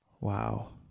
Wow